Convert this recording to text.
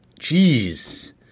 Jeez